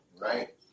right